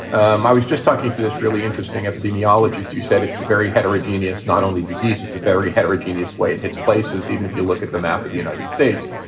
um i was just talking to this really interesting epidemiologist who said it's a very heterogeneous, not only disease, it's a very heterogeneous way. it hits places, even if you look at the map of the united states.